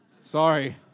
Sorry